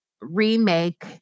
remake